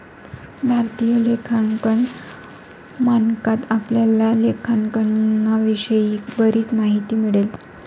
भारतीय लेखांकन मानकात आपल्याला लेखांकनाविषयी बरीच माहिती मिळेल